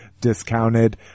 discounted